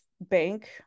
bank